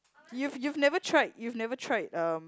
you've you've never tried you've never tried um